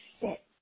sit